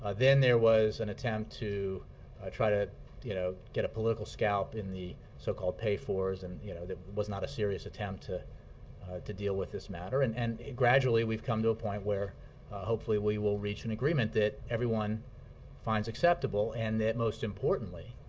then there was an attempt to try to you know get a political scalp in the so-called pay-fors and you know that was not a serious attempt to to deal with this matter. and and gradually, we've come to a point where hopefully we will reach an agreement that everyone finds acceptable and that, most importantly,